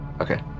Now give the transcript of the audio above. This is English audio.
Okay